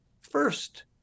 first